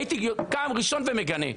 הייתי קם ראשון ומגנה,